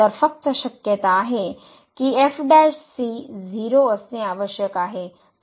तर फक्त शक्यता आहे की एफ सी 0 असणे आवश्यक आहे